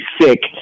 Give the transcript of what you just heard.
sick